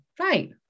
right